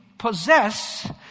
possess